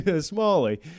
Smalley